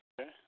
Okay